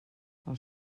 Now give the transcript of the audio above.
els